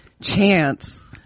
chance